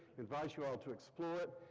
advise you all to explore it,